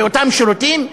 באותם שירותים,